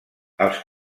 els